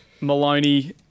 Maloney